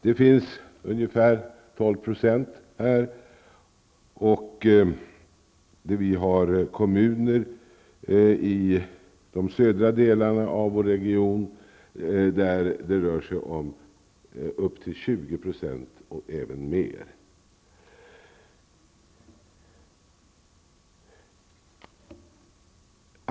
Det finns ungefär 12 % invandrare här, och vi har kommuner i de södra delarna av vår region där det rör sig om upp till 20 % och därutöver.